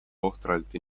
ohtralt